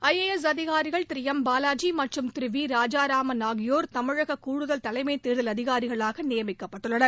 I A S அதிகாரிகள் திரு M Bavaji மற்றும் திரு வி ராஜாராமன் ஆகியோர் தமிழக கூடுதல் தலைமை தேர்தல் அதிகாரிகளாக நியமிக்கப்பட்டுள்ளனர்